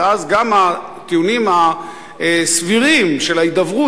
ואז גם הטיעונים הסבירים של ההידברות,